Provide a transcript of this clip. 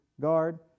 guard